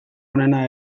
onena